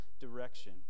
direction